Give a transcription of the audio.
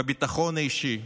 בביטחון האישי,